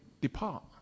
depart